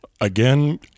again